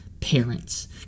parents